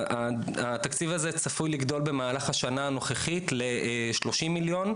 התקציב הזה צפוי לגדול במהלך השנה הנוכחית לשלושים מיליון,